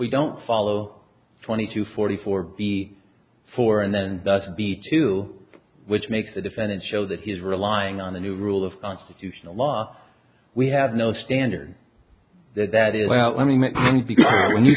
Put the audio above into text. we don't follow twenty two forty four the four and then thus be two which makes the defendant show that he is relying on the new rule of constitutional law we have no standard that that is well i mean when you